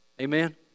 Amen